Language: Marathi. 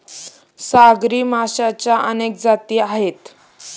सागरी माशांच्या अनेक जाती आहेत